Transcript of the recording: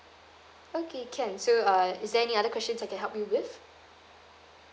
okay can so uh is there any other questions I can help you with